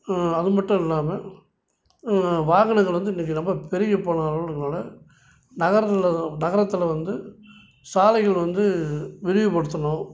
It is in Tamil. அது மட்டும் இல்லாமல் வாகனங்கள் வந்து இன்றைக்கி ரொம்ப பெருகி போன அளவில் இருக்கனால் நகரல்ல நகரத்தில் வந்து சாலைகள் வந்து விரிவுப்படுத்தணும்